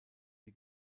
die